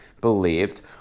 believed